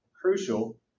crucial